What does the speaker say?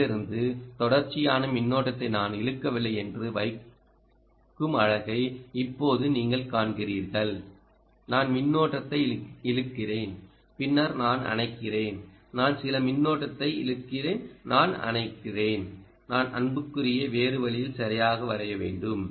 இதிலிருந்து தொடர்ச்சியான மின்னோட்டத்தை நான் இழுக்கவில்லை என்று வைக்கும் அழகை இப்போது நீங்கள் காண்கிறீர்கள் நான் மின்னோட்டத்தை இழுக்கிறேன் பின்னர் நான் அணைக்கிறேன் நான் சில மின்னோட்டத்தை இழுக்கிறேன் நான் அணைக்கிறேன் நான் அம்புக்குறியை வேறு வழியில் சரியாக வரைய வேண்டும்